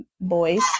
boys